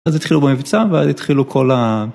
אז התחילו במבצע והתחילו כל ה.